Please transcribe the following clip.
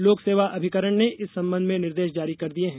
लोक सेवा अभिकरण ने इस संबंध में निर्देश जारी कर दिये हैं